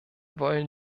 wollen